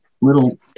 little